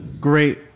great